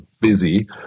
busy